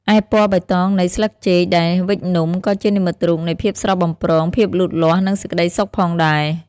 ឯពណ៌បៃតងនៃស្លឹកចេកដែលវេចនំ ក៏ជានិមិត្តរូបនៃ ភាពស្រស់បំព្រង ភាពលូតលាស់ និងសេចក្តីសុខផងដែរ។